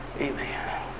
Amen